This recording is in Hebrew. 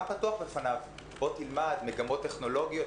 פתוח בפניו: בוא תלמד מגמות טכנולוגיות,